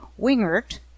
Wingert